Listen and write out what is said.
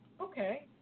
Okay